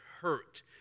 hurt